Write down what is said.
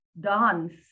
dance